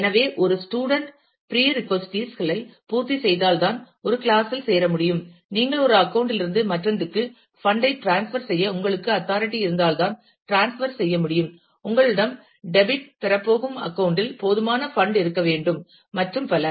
எனவே ஒரு ஸ்டூடன்ட் பிரீரெட்கொஸ்ட்களை பூர்த்தி செய்தால்தான் ஒரு கிளாஸ் இல் சேர முடியும் நீங்கள் ஒரு அக்கவுண்ட் லிருந்து மற்றொன்றுக்கு பண்ட் ஐ டிரான்ஸ்பர் செய்ய உங்களுக்கு அத்தாரிட்டி இருந்தால்தான் டிரான்ஸ்பர் செய்ய முடியும் உங்களிடம் டெபிட் பெறப் போகும் அக்கவுண்ட் இல் போதுமான பண்ட் இருக்க வேண்டும் மற்றும் பல